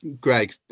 Greg